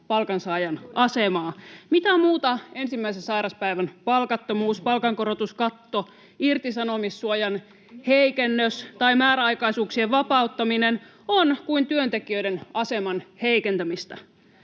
palkansaajan asemaa. Mitä muuta ensimmäisen sairauspäivän palkattomuus, palkankorotuskatto, irtisanomissuojan heikennys tai määräaikaisuuksien vapauttaminen on kuin työntekijöiden aseman heikentämistä?